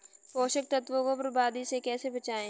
पोषक तत्वों को बर्बादी से कैसे बचाएं?